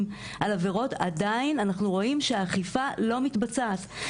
על עבירות עדין אנחנו רואים שהאכיפה לא מתבצעת.